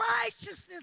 righteousness